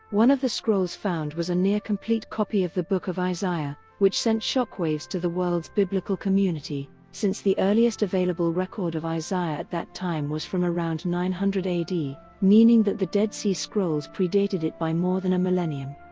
one of the scrolls found was a near complete copy of the book of isaiah, which sent shockwaves to the world's biblical community, since the earliest available record of isaiah at that time was from around nine hundred ad, meaning that the dead sea scrolls predated it by more than a millennium.